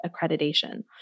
accreditation